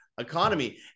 economy